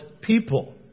people